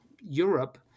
Europe